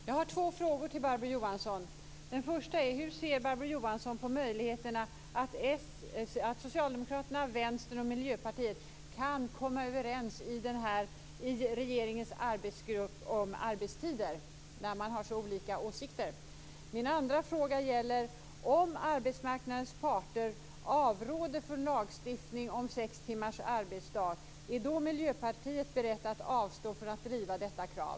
Herr talman! Jag har två frågor till Barbro Johansson. Den första lyder: Hur ser Barbro Johansson på möjligheterna att Socialdemokraterna, Vänstern och Miljöpartiet kan komma överens i regeringens arbetsgrupp om arbetstider när man har så olika åsikter? Min andra fråga lyder: Om arbetsmarknadens parter avråder från lagstiftning om sex timmars arbetsdag, är Miljöpartiet då berett att avstå från att driva detta krav?